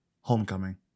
homecoming